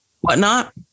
whatnot